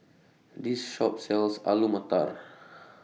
This Shop sells Alu Matar